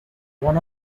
one